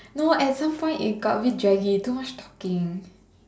no at sometime it got a bit draggy too much talking